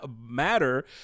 matter